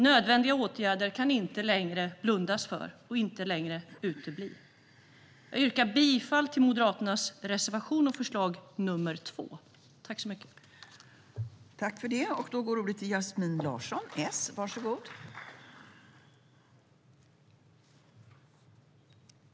Nödvändiga åtgärder kan inte längre blundas för och inte längre utebli. Jag yrkar bifall till Moderaternas förslag, reservation 2.